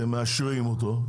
אתם מאשרים אותו.